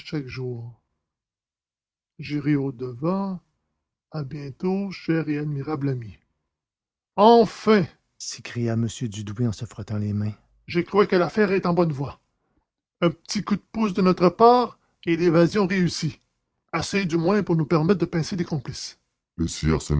chaque jour j'irai au-devant à bientôt chère et admirable amie enfin s'écria m dudouis en se frottant les mains je crois que l'affaire est en bonne voie un petit coup de pouce de notre part et l'évasion réussit assez du moins pour nous permettre de pincer les complices